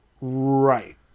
Right